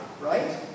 right